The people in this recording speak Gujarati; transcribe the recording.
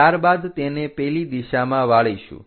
ત્યારબાદ તેને પેલી દિશામાં વાળીશું